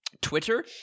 Twitter